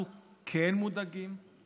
הם לא נחשבים כוח אלקטורלי.